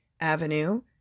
Avenue